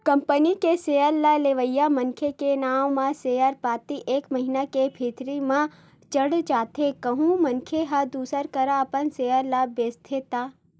company के share ल लेवइया मनखे के नांव म सेयर पाती एक महिना के भीतरी म चढ़ जाथे कहूं मनखे ह दूसर करा अपन सेयर ल बेंचथे त